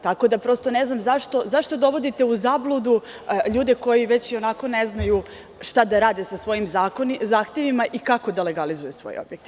Tako da ne znam zašto dovodite u zabludu ljude koji već i onako ne znaju šta da rade sa svojim zahtevima i kako da legalizuju svoje objekte.